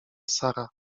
sara